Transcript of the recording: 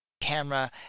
camera